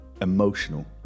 Emotional